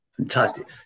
fantastic